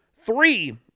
three